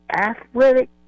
athletic